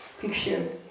picture